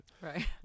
right